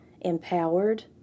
empowered